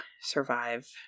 survive